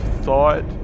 thought